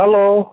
hello